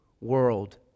world